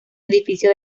edificio